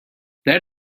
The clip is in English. that